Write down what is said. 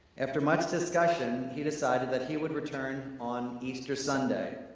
after much discussion, he decided that he would return on easter sunday.